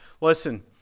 listen